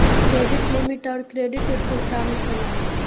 Credit limit आउर credit score का होखेला?